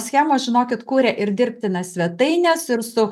schemos žinokit kuria ir dirbtinas svetaines ir su